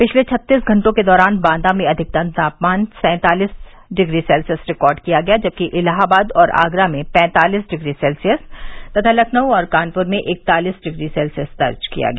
पिछले छत्तीस घंटों के दौरान बांदा में अधिकतम तापमान सैंतालीस डिग्री सेल्सियस रिकार्ड किया गया जबकि इलाहाबाद और आगरा में पैंतालीस डिग्री सेल्सियस तथा लखनऊ और कानपुर में इकतालीस डिग्री सेल्सियस दर्ज किया गया